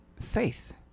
faith